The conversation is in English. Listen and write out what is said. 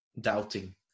doubting